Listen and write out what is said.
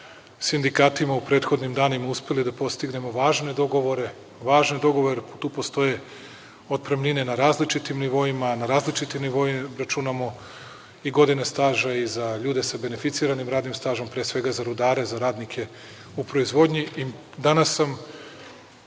sindikatima u prethodnim danima uspeli da postignemo važne dogovore. Tu postoje otpremnine na različitim nivoima, a na različitim nivoima računamo i godine staža i za ljude sa beneficiranim radnim stažom, pre svega za rudare, za radnike u proizvodnji. Danas sam,